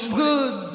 good